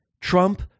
Trump